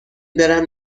برم